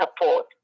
support